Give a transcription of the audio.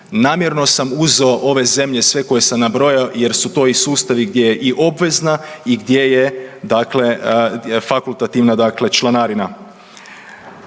Namjerno sam uzeo ove zemlje sve koje sam nabrojao jer su to i sustavi gdje je i obvezna i gdje je i dakle fakultativna dakle članarina.